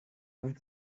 vingt